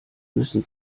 müssen